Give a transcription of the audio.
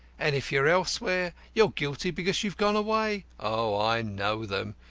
and if you're elsewhere you're guilty because you have gone away. oh, i know them!